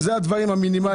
אלה הדברים המינימליים.